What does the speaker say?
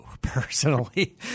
personally